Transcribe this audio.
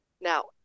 Now